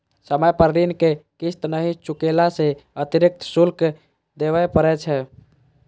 समय पर ऋण के किस्त नहि चुकेला सं अतिरिक्त शुल्क देबय पड़ै छै